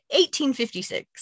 1856